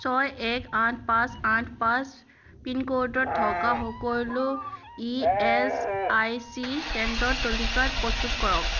ছয় এক আঠ পাঁচ আঠ পাঁচ পিনক'ডত থকা সকলো ই এচ আই চি কেন্দ্ৰৰ তালিকা প্ৰস্তুত কৰক